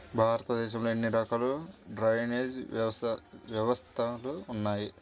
భారతదేశంలో ఎన్ని రకాల డ్రైనేజ్ వ్యవస్థలు ఉన్నాయి?